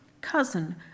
cousin